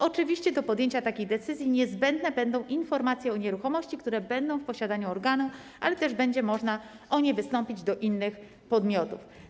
Oczywiście do podjęcia takiej decyzji niezbędne będą informacje o nieruchomości, które będą w posiadaniu organu, ale też będzie można o nie wystąpić do innych podmiotów.